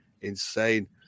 insane